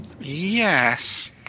Yes